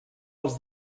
els